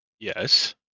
Yes